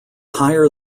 higher